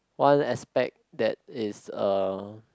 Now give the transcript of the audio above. one aspect that is uh